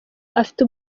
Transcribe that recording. afite